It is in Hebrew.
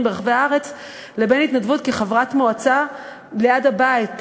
ברחבי הארץ לבין התנדבות כחברת מועצה ליד הבית,